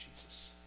Jesus